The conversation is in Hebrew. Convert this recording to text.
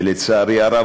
ולצערי הרב,